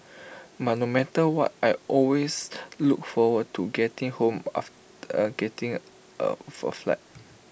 but no matter what I always look forward to getting home after getting off A flight